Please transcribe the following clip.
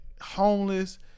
homeless